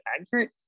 accurate